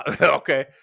okay